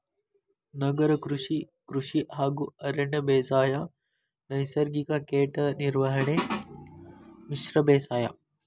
ನಗರ ಕೃಷಿ, ಕೃಷಿ ಹಾಗೂ ಅರಣ್ಯ ಬೇಸಾಯ, ನೈಸರ್ಗಿಕ ಕೇಟ ನಿರ್ವಹಣೆ, ಮಿಶ್ರ ಬೇಸಾಯ